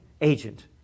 agent